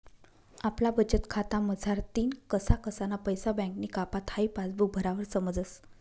आपला बचतखाता मझारतीन कसा कसाना पैसा बँकनी कापात हाई पासबुक भरावर समजस